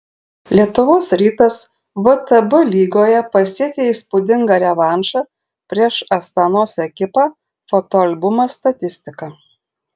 lietuvos rytas vtb lygoje pasiekė įspūdingą revanšą prieš astanos ekipą fotoalbumas statistika